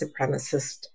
supremacist